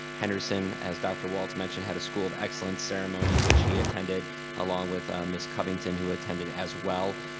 henderson, as dr. walts mentioned, had a school of excellence ceremony which he attended along with miss covington, who attended as well.